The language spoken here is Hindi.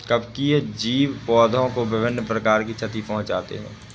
कवकीय जीव पौधों को विभिन्न प्रकार की क्षति पहुँचाते हैं